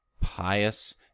pious